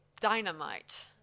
dynamite